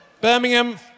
Birmingham